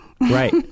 right